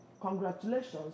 Congratulations